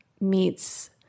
meets